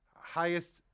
highest